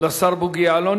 לשר בוגי יעלון.